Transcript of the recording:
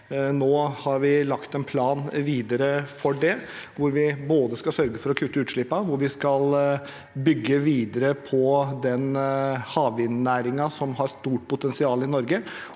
Nå har vi lagt en plan videre for det, hvor vi både skal sørge for å kutte utslippene og bygge videre på havvindnæringen, som har stort potensial i Norge,